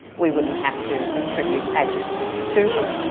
we wouldn't have to attribute adjectives to her.